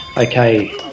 Okay